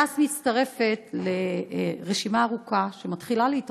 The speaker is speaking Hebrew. הדס מצטרפת לרשימה ארוכה, שמתחילה להתארך,